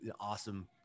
awesome